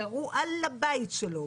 ירו על הבית שלו,